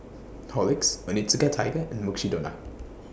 Horlicks Onitsuka Tiger and Mukshidonna